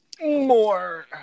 more